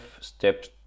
steps